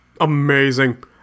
Amazing